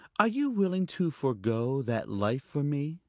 are you willing to forego that life for me?